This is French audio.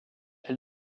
elle